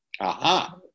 Aha